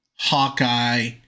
Hawkeye